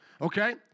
Okay